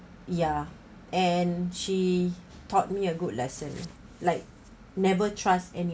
ya and she taught me a good lesson like never trust